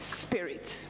spirit